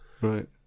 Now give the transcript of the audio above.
Right